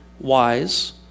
wise